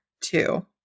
two